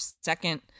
second